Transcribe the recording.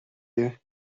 you